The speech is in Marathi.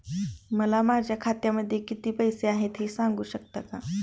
मला माझ्या खात्यामध्ये किती पैसे आहेत ते सांगू शकता का?